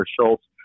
Schultz